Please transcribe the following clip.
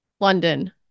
London